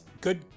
good